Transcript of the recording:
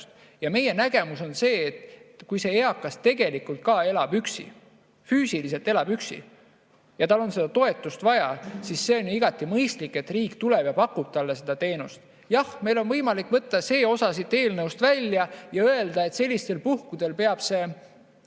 Meie nägemus on see, et kui eakas tegelikult elab üksi, füüsiliselt elab üksi ja tal on seda toetust vaja, siis see on igati mõistlik, et riik tuleb ja pakub talle seda teenust. Jah, meil on võimalik võtta see osa siit eelnõust välja ja öelda, et sellistel puhkudel peab see